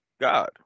god